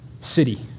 city